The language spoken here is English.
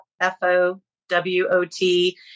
F-O-W-O-T